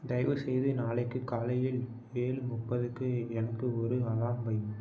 தயவுசெய்து நாளைக்கு காலையில் ஏழு முப்பதுக்கு எனக்கு ஒரு அலாரம் வை